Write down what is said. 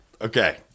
Okay